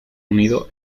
unido